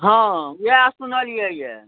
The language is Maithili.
हँ इएह सुनलियैया